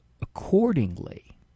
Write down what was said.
accordingly